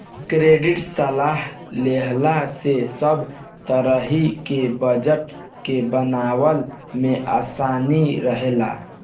credit सलाह लेहला से सब तरही के बजट के बनवला में आसानी रहेला